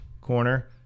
Corner